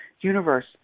Universe